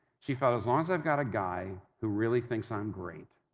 she felt, as long as i've got a guy who really thinks i'm great,